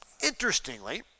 Interestingly